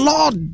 Lord